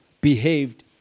behaved